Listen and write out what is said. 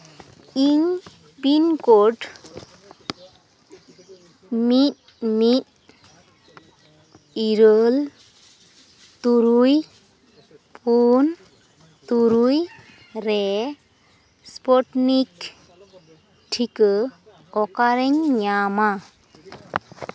ᱤᱧ pin code ᱢᱤᱫ ᱢᱤᱫ ᱤᱨᱟᱹᱞ ᱛᱩᱨᱩᱭ ᱯᱩᱱ ᱛᱩᱨᱩᱭ ᱨᱮ ᱥᱯᱳᱴᱚᱱᱤᱠ ᱴᱷᱤᱠᱟᱹ ᱚᱠᱟᱨᱤᱧ ᱧᱟᱢᱟ